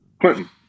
Clinton